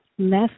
less